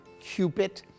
Cupid